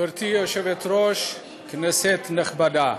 גברתי היושבת-ראש, כנסת נכבדה,